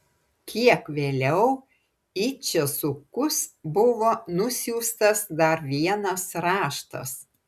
kiek vėliau į česukus buvo nusiųstas dar vienas raštas